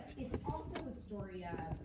it's also the story of,